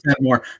more